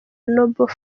noble